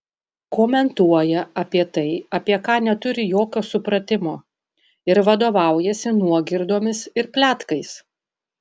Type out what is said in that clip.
komentuoja apie tai apie ką neturi jokio supratimo ir vadovaujasi nuogirdomis ir pletkais